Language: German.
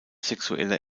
sexueller